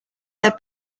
their